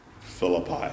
Philippi